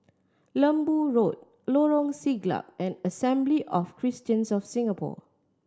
Lembu Road Lorong Siglap and Assembly of Christians of Singapore